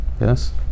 yes